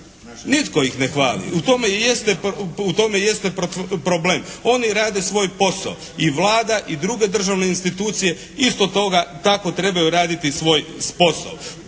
Nitko ih ne hvali, u tome i jeste problem. Oni rade svoj posao. I Vlada i druge državne institucije isto tako trebaju raditi svoj posao.